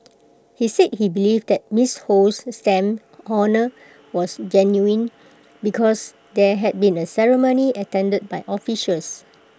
he said he believed that miss Ho's stamp honour was genuine because there had been A ceremony attended by officials